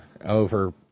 over